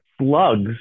slugs